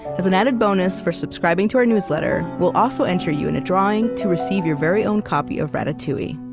as an added bonus for subscribing to our newsletter, we'll also enter you in a drawing to receive your very own copy of ratatouille.